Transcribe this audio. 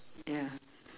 ya